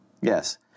Yes